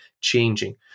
changing